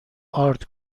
ارد